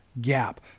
gap